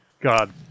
god